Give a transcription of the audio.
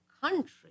country